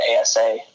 ASA